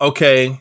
Okay